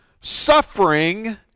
suffering